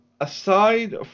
Aside